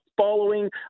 following